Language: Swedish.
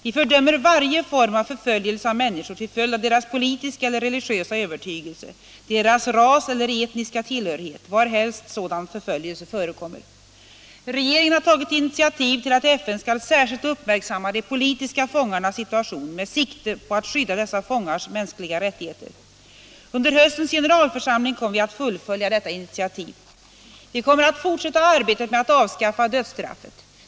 Vi fördömer varje form av förföljelse av människor till följd av deras politiska eller religiösa övertygelse, deras ras eller etniska tillhörighet, varhelst sådan förföljelse förekommer. Regeringen har tagit initiativ till att FN skall särskilt uppmärksamma de politiska fångarnas situation med sikte på att skydda dessa fångars mänskliga rättigheter. Under höstens generalförsamling kommer vi att fullfölja detta initiativ. Vi kommer att fortsätta arbetet med att avskaffa dödsstraffet.